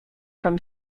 from